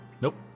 Nope